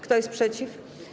Kto jest przeciw?